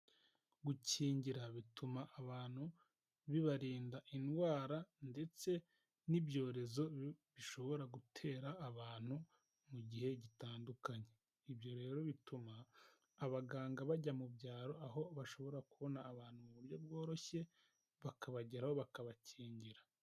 Gukingira bituma abantu bibarinda indwara ndetse n'ibyorezo bishobora gutera abantu mu gihe gitandukanye, ibyo rero bituma abaganga bajya mu byaro aho bashobora kubona abantu mu buryo bworoshye, bakabageraho bakabakingira.